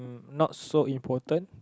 not so important